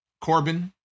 Corbin